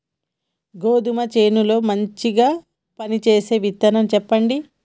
గోధుమ చేను లో మంచిగా పనిచేసే విత్తనం చెప్పండి?